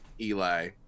Eli